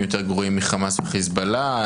"יותר גרועים מחמאס וחיזבאללה",